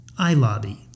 iLobby